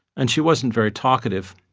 and she wasn't very talkative.